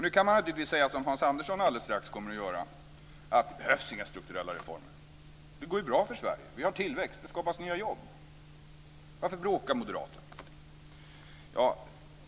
Nu kan man naturligtvis säga som Hans Andersson alldeles strax kommer att säga, nämligen att det inte behövs några strukturella reformer. Det går ju bra för Sverige. Vi har tillväxt. Det skapas nya jobb.